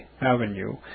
Avenue